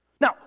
Now